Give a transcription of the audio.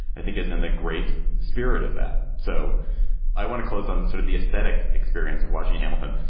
i think, is in the great spirit of that. so i want to close on sort of the aesthetic experience of watching hamilton.